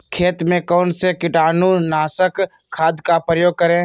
खेत में कौन से कीटाणु नाशक खाद का प्रयोग करें?